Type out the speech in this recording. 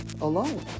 alone